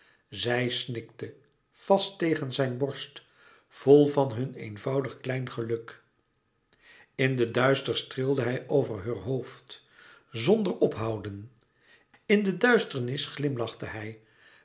zij snikte vast tegen zijn borst vol van hun eenvoudig klein geluk in den duister streelde hij over heur hoofd zonder ophouden in den duister glimlachte hij